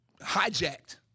hijacked